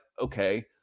okay